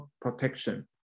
protection